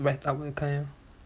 write-up that kind ah